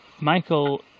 Michael